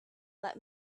let